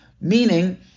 Meaning